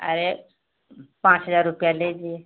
अरे पाँच हजार रुपया लीजिए